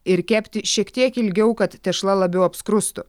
ir kepti šiek tiek ilgiau kad tešla labiau apskrustų